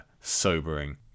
sobering